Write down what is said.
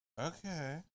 Okay